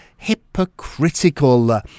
Hypocritical